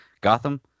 Gotham